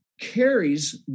carries